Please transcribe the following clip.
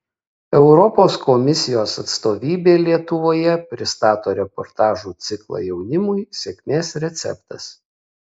europos komisijos atstovybė lietuvoje pristato reportažų ciklą jaunimui sėkmės receptas